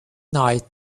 night